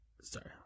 sorry